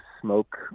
smoke